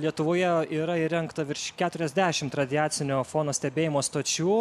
lietuvoje yra įrengta virš keturiasdešimt radiacinio fono stebėjimo stočių